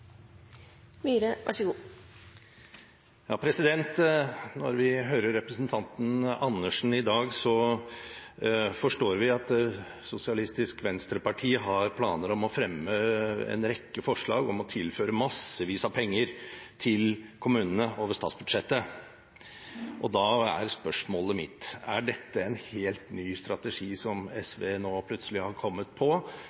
seg sammen, så skal SV være positiv til det – uansett hvem det er som ber om det. Når vi hører representanten Andersen i dag, forstår vi at Sosialistisk Venstreparti har planer om å fremme en rekke forslag om å tilføre massevis av penger til kommunene over statsbudsjettet. Da er spørsmålet mitt: Er dette en helt ny strategi